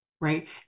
Right